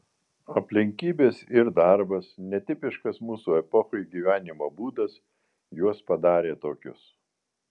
aplinkybės ir darbas netipiškas mūsų epochai gyvenimo būdas juos padarė tokius